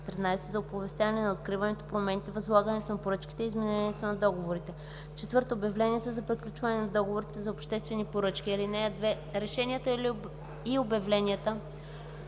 13 – за оповестяване на откриването, промените, възлагането на поръчките и изменението на договорите; 4. обявленията за приключване на договорите за обществени поръчки. (2) Решенията и обявленията